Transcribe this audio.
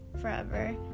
forever